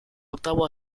octavo